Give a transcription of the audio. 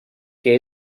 que